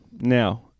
Now